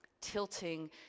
Tilting